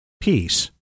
peace